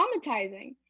traumatizing